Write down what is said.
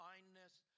kindness